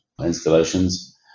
installations